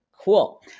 Cool